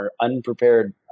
unprepared